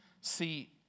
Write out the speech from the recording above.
See